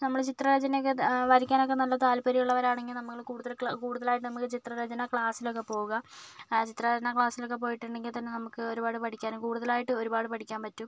നമ്മള് ചിത്ര രചനയൊക്കെ വരക്കാനൊക്കെ നല്ല താല്പര്യമുള്ളവരാണെങ്കിൽ നമ്മള് കൂടുതല് കൂടുതലായിട്ടും നമ്മള് ചിത്ര രചന ക്ലാസ്സിലൊക്കെ പോവുക ആ ചിത്ര രചന ക്ലാസ്സിലൊക്കെ പോയിട്ടുണ്ടെങ്കിൽ തന്നെ നമുക്ക് ഒരുപാട് പഠിക്കാനും കൂടുതലായിട്ട് ഒരുപാട് പഠിക്കാൻ പറ്റും